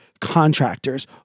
contractors